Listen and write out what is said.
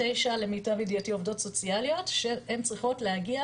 יש 99 למיטב ידיעתי שהן צריכות להגיע